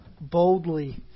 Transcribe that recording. boldly